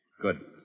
Good